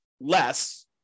Less